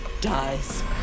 dies